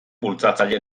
bultzatzaile